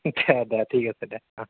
হ'ব ঠিক আছে দে অঁ